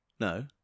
No